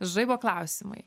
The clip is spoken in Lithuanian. žaibo klausimai